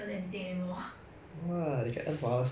you know those food providers to how they earn money